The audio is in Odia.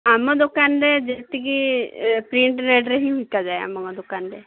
ଆମ ଦୋକାନରେ ଯେତିକି ପ୍ରିଣ୍ଟ୍ ରେଟ୍ରେ ହିଁ ବିକାଯାଏ ଆମ ଦୋକାନରେ